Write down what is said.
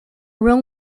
room